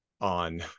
on